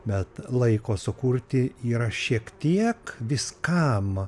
bet laiko sukurti yra šiek tiek viskam